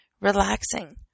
relaxing